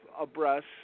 abreast